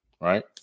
Right